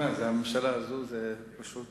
שמע, הממשלה הזאת זה פשוט